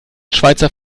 schweizer